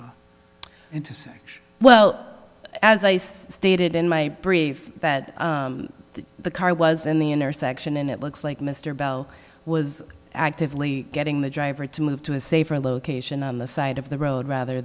interesting well as i stated in my brief that the car was in the intersection and it looks like mr bell was actively getting the driver to move to a safer location on the side of the road rather